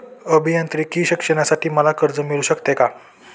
अभियांत्रिकी शिक्षणासाठी मला कर्ज मिळू शकते का?